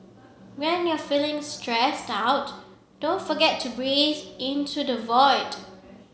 when you are feeling stressed out don't forget to breathe into the void